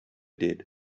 did